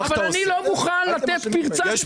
לא הופך ציבור שלם חס וחלילה --- אולי